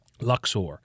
Luxor